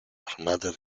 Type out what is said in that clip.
armata